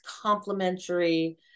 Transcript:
complementary